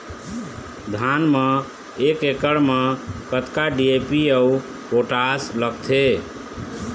धान म एक एकड़ म कतका डी.ए.पी अऊ पोटास लगथे?